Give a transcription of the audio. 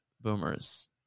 boomers